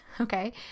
okay